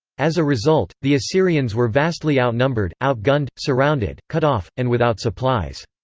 as a result, the assyrians were vastly outnumbered, outgunned, surrounded, cut off, and without supplies.